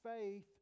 faith